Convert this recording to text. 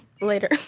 Later